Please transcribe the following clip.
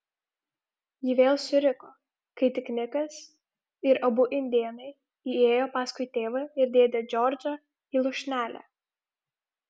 ji vėl suriko kai tik nikas ir abu indėnai įėjo paskui tėvą ir dėdę džordžą į lūšnelę